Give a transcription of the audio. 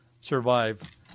survive